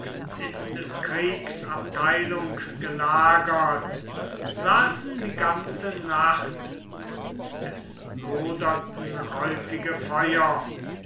in des kriegs abteilung gelagert saßen die ganze nacht und es loderten häufige feuer